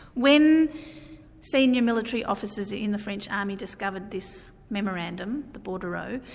when senior military officers in the french army discovered this memorandum, the bordereau,